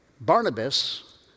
Barnabas